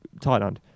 Thailand